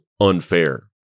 unfair